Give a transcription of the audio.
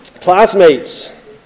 Classmates